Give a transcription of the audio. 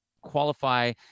qualify